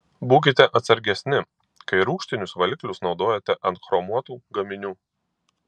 būkite atsargesni kai rūgštinius valiklius naudojate ant chromuotų gaminių